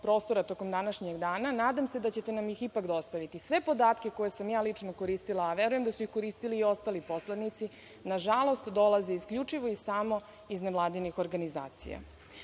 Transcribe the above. prostora tokom današnjeg dana. Nadam se da ćete nam ih ipak dostaviti. Sve podatke koje sam ja lično koristila, a verujem da su ih koristili i ostali poslanici, na žalost, dolaze isključivo i samo iz nevladinih organizacija. Da